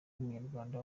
w’umunyarwanda